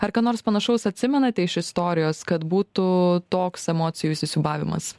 ar ką nors panašaus atsimenate iš istorijos kad būtų toks emocijų įsisiūbavimas